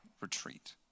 retreat